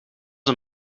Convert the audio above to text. een